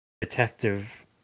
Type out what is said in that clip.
detective